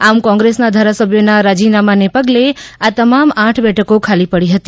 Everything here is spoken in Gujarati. આમ કોંગ્રેસના ધારાસભ્યોનાં રજીનામાઓને પગલે આ તમામ આઠ બેઠકો ખાલી પડી હતી